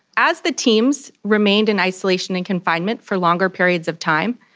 as the teams remained in isolation and confinement for longer periods of time,